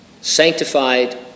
sanctified